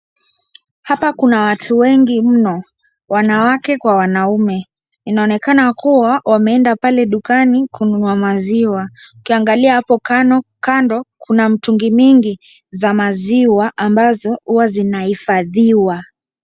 Hapa kuna watu wengi mno, wanawake kwa wanaume. Inaonekana kuwa wameenda pale dukani kununua maziwa. Ukiangalia hapo kando kuna mtungi mingi za maziwa ambazo huwa zinahifadhiwa.